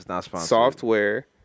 software